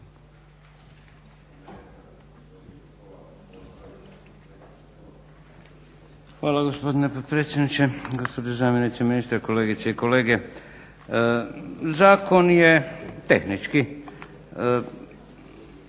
Hvala gospodine potpredsjedniče. Gospođo zamjenice ministra, kolegice i kolege. Zakon je tehnički,